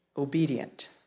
obedient